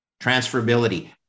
Transferability